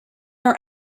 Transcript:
her